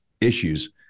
issues